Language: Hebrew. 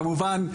כמובן,